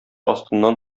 астыннан